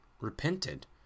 repented